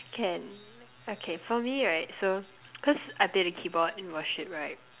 can okay for me right so cause I play the keyboard in worship right